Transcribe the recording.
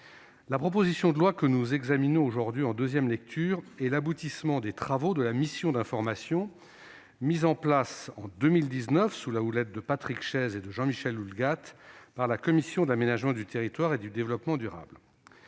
la proposition de loi que nous examinons aujourd'hui, en deuxième lecture, est l'aboutissement des travaux de la mission d'information mise en place en 2019, sous la houlette de Patrick Chaize et Jean-Michel Houllegatte, par la commission de l'aménagement du territoire et du développement durable.